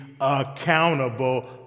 accountable